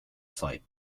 site